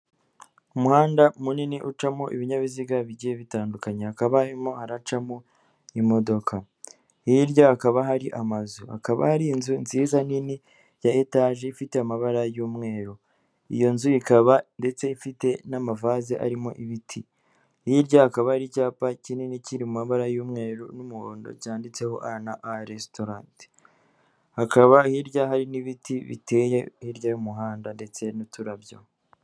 Umuhanda munini ucamo ibinyabiziga bigiye bitandukanye, hakaba harimo haracamo imodoka, hirya hakaba hari amazu, hakaba hari inzu nziza nini ya etaje ifite amabara y'umweru, iyo nzu ikaba ndetse ifite n'amavaze arimo ibiti, hirya hakaba hari icyapa kinini kiri mu mabara y'umweru n'umuhondo cyanditseho a na a resitoranti, hakaba hirya hari n'ibiti biteye hirya y'umuhanda ndetse n'uturabyo.